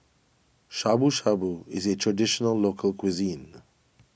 Shabu Shabu is a Traditional Local Cuisine